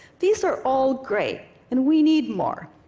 these are all great, and we need more,